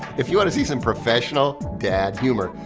if you want to see some professional dad humor,